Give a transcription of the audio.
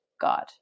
God